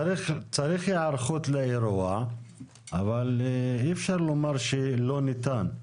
צריך היערכות לאירוע אבל אי אפשר לומר שלא ניתן.